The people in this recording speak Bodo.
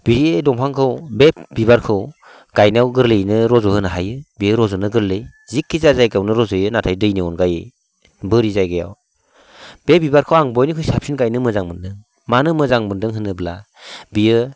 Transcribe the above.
बे दंफांखौ बे बिबारखौ गायनायाव गोरलैयैनो रज'होनो हायो बेयो रज'नो गोरलै जिकि जायगायावनो रज'यो नाथाय दैनि अनगायै बोरि जायगायाव बे बिबारखौ आं बयनिख्रुइ साबसिन गायनो मोजां मोन्दों मानो मोजां मोन्दों होनोब्ला बेयो